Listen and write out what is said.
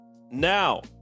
Now